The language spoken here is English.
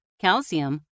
calcium